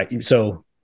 so-